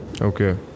okay